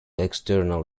external